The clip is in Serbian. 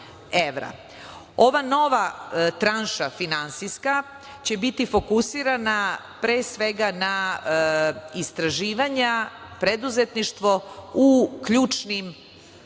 nova tranša finansijska će biti fokusirana pre svega na istraživanja, preduzetništvo u ključnim